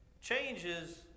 changes